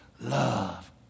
Love